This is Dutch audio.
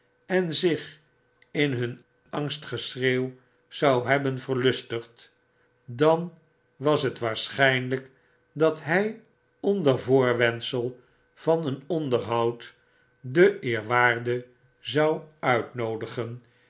en zich in hun angstgeschreeuw zou hebben verlustigd dan was het waarschijnlijk dat hij onder voorwendsel van een onderhoud den eerwaarde zou uitnoodigen